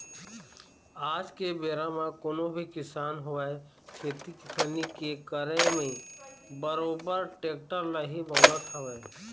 आज के बेरा म कोनो भी किसान होवय खेती किसानी के करे म बरोबर टेक्टर ल ही बउरत हवय